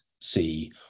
see